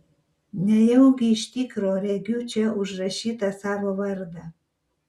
nejaugi iš tikro regiu čia užrašytą savo vardą